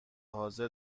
حاضر